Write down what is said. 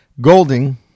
Golding